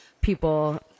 people